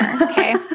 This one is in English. Okay